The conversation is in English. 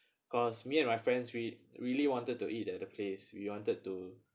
cause me and my friends we really wanted to eat at the place we wanted to